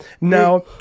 Now